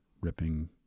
ripping